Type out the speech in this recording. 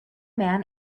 man